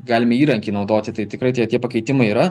galime įrankį naudoti tai tikrai tie tie pakeitimai yra